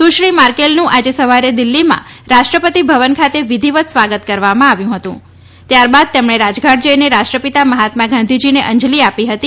સુશ્રી માર્કેલનું આજે સવારે દિલ્હીમાં રાષ્ટ્રપતિભવન ખાતે વિધિવત સ્વાગત કરવામાં આવ્યું હતું ત્યારબાદ તેમણે રાજઘાટ જઈને રાષ્ટ્રપિતા મહાત્મા ગાંધીજીને અંજલી આપી હતી